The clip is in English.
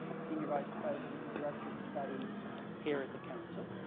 senior vice president and director of studies here at the council.